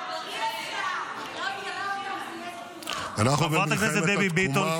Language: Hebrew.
--- אנחנו במלחמת התקומה -- חברת הכנסת דבי ביטון,